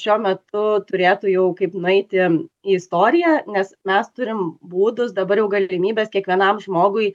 šiuo metu turėtų jau kaip nueiti į istoriją nes mes turim būdus dabar jau galimybes kiekvienam žmogui